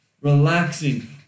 relaxing